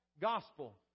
gospel